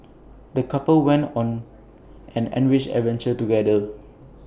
the couple went on an enriching adventure together